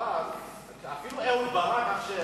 אפילו אהוד ברק,